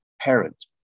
parent